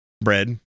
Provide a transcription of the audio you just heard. bread